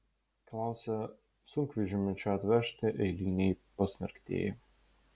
klausia sunkvežimiu čia atvežti eiliniai pasmerktieji